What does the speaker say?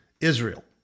Israel